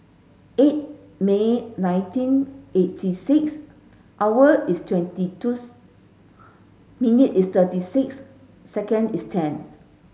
eight May nineteen eighty six hour is twenty two's minute is thirty six second is ten